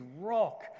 rock